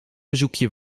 bezoekje